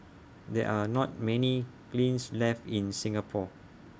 there are not many kilns left in Singapore